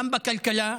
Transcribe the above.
גם בכלכלה,